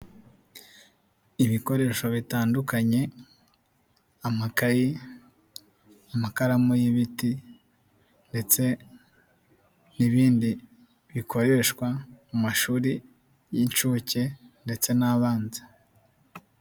Ibikoresho bitandukanye, amakayi, amakaramu y'ibiti, ndetse n'ibindi bikoreshwa mu mashuri y'incuke ndetse n'abanza.